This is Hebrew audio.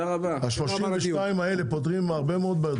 ה-32 האלה פותרים הרבה מאוד בעיות.